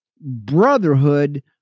Brotherhood